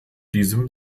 diesem